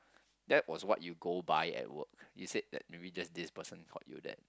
that was what you go by at work you said that maybe just this person called you that